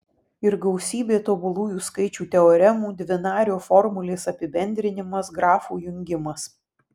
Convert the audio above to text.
ir gausybė tobulųjų skaičių teoremų dvinario formulės apibendrinimas grafų jungimas